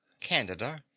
candida